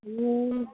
आयु